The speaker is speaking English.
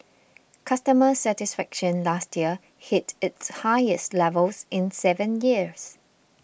customer satisfaction last year hit its highest levels in seven years